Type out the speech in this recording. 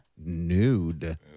nude